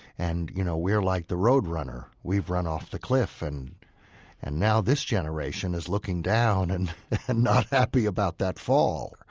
and you know we're like the roadrunner. we've run off the cliff and and now this generation is looking down and not happy about that fall.